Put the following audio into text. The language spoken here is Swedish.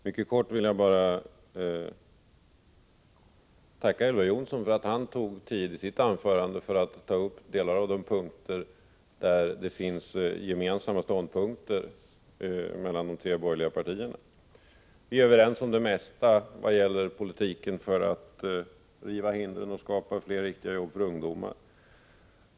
Fru talman! Jag vill mycket kort tacka Elver Jonsson för att han tog tid i sitt anförande för att ta upp vissa av de punkter där de tre borgerliga partierna har en gemensam inställning. Vi är överens om det mesta när det gäller att inom arbetsmarknadspolitiken riva hindren och skapa flera jobb åt ungdomar.